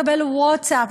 מקבל ווטסאפ,